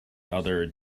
other